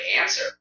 answer